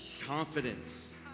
confidence